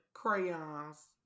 crayons